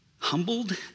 humbled